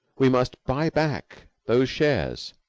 we must buy back those shares.